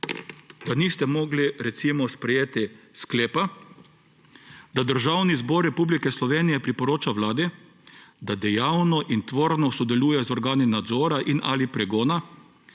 da niste mogli recimo sprejeti sklepa, da Državni zbor Republike Slovenije priporoča Vladi, da dejavno in tvorno sodeluje z organi nadzora in/ali pregona